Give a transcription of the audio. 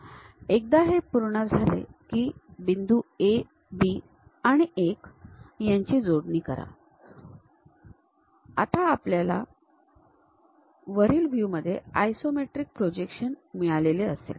एकदा हे पूर्ण झाले की बिंदू A B आणि 1 यांची जोडणी करा आता आल्याला वरील व्ह्यू मधील आयसोमेट्रिक प्रोजेक्शन मिळालेले असेल